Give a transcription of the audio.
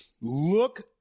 look